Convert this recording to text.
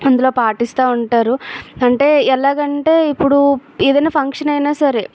అందులో పాటిస్తు ఉంటారు అంటే ఎలాగ అంటే ఇప్పుడు ఏదైనా ఫంక్షన్ అయిన సరే